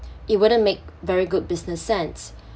it wouldn't make very good business sense